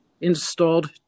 installed